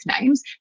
names